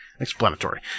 explanatory